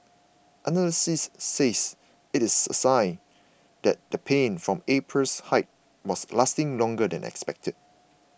analysts say it is a sign that the pain from April's hike was lasting longer than expected